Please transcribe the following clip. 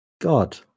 god